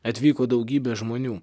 atvyko daugybė žmonių